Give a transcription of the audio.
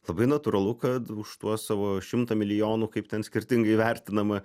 labai natūralu kad už tuos savo šimtą milijonų kaip ten skirtingai vertinama